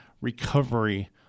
recovery